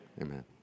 Amen